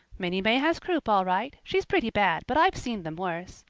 minnie may has croup all right she's pretty bad, but i've seen them worse.